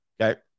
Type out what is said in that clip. Okay